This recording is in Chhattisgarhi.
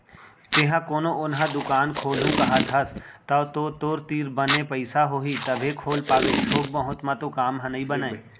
तेंहा कोनो ओन्हा दुकान खोलहूँ कहत हस तव तो तोर तीर बने पइसा होही तभे खोल पाबे थोक बहुत म तो काम ह नइ बनय